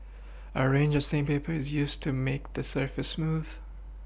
a range of sandpaper is used to make the surface smooth